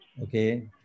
Okay